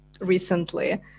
recently